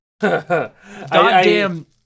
Goddamn